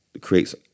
creates